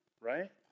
right